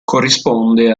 corrisponde